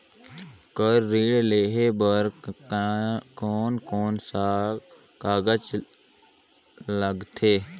Car ऋण लेहे बार कोन कोन सा कागज़ लगथे?